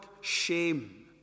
shame